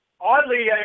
oddly